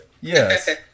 Yes